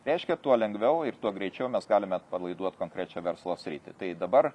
reiškia tuo lengviau ir tuo greičiau mes galime atpalaiduot konkrečią verslo sritį tai dabar